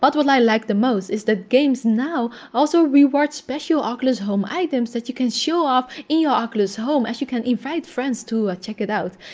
but what i like the most is that games now also reward special oculus home items that you can show off in your oculus home as you can invite friends to ah check it out.